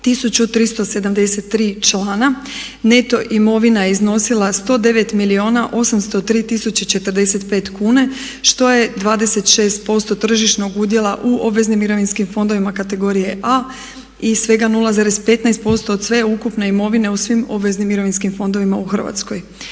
1373 člana, neto imovina je iznosila 109 milijuna 803 tisuće 45 kune što je 26% tržišnog udjela u obveznim mirovinskim fondovima kategorije A i svega 0,15% od sveukupne imovine u svim obveznim mirovinskim fondovima u Hrvatskoj.